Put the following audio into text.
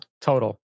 total